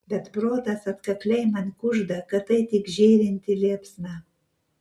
bet protas atkakliai man kužda kad tai tik žėrinti liepsna